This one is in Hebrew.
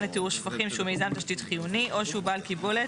לטיהור שפכים שהוא מיזם תשתית חיוני או שהוא בעל קיבולת